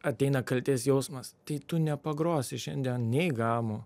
ateina kaltės jausmas tai tu nepagrosi šiandien nei gamų